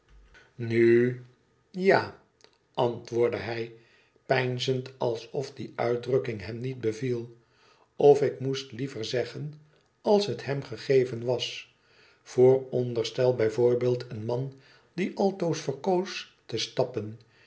a a antwoordde hij peinzend alsof die uitdrukking hem niet beviel of ik moest liever zeggen als het hem gegeven was voorondersel bij voorbeeld een man die altoos verkoos teistappen